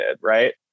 right